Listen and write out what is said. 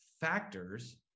factors